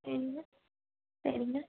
சரிங்க சரிங்க